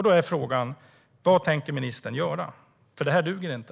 Då är frågan vad ministern tänker göra, för det här duger inte.